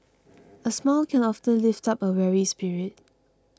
a smile can often lift up a weary spirit